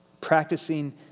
Practicing